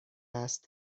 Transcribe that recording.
است